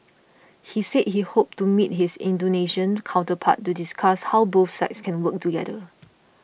he said he hoped to meet his Indonesian counterpart to discuss how both sides can work together